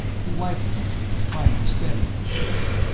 he wiped them, trying to steady himself.